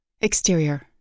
Exterior